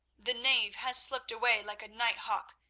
the knave has slipped away like a night hawk,